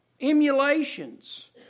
Emulations